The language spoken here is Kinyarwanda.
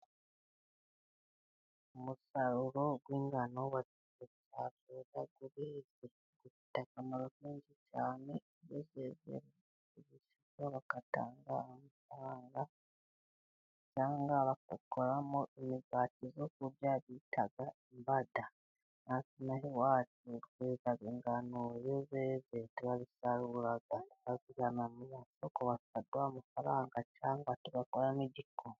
Umusaruro w'ingano uba mwiza ,ingano zifite akamaro kenshi cyane abizegera bo bagatanga amafaranga cyangwa bagakoramo imigati yo kurya bita imbada ,n'aha iwacu tweza ingano iyo zeze turazisarura tukazijyana mu masoko bakaduha amafaranga cyangwa tubakora n'igikoma.